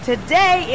Today